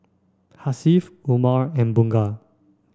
Hasif Umar and Bunga